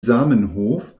zamenhof